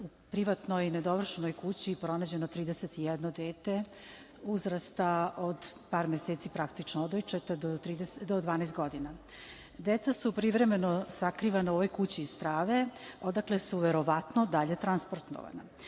u privatnoj nedovršenoj kući pronađeno 31 dete uzrasta od par meseci, praktično odojčeta, do 12 godina. Deca su privremeno sakrivana u ovoj kući strave odakle su verovatno dalja transportovana.